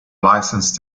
licensed